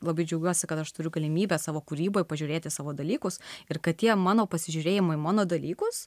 labai džiaugiuosi kad aš turiu galimybę savo kūryboj pažiūrėti savo dalykus ir kad tie mano pasižiūrėjimo į mano dalykus